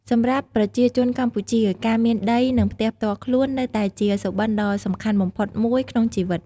សម្រាប់ប្រជាជនកម្ពុជា ការមានដី និងផ្ទះផ្ទាល់ខ្លួន នៅតែជាសុបិនដ៏សំខាន់បំផុតមួយក្នុងជីវិត។